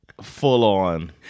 full-on